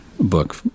book